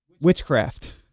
witchcraft